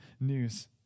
news